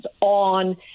on